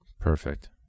Perfect